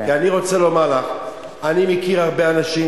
אני רוצה לומר לך: אני מכיר הרבה אנשים